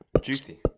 Juicy